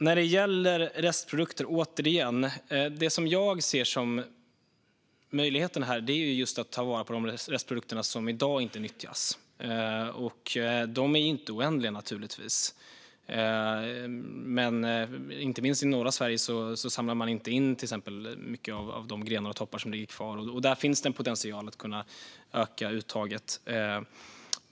När det gäller restprodukter, återigen, är det som jag ser som en möjlighet här att ta vara på de restprodukter som i dag inte nyttjas. De är naturligtvis inte oändliga. I norra Sverige samlar man till exempel inte in mycket av de grenar och toppar som ligger kvar. Där finns en potential att öka uttaget.